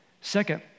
Second